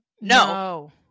No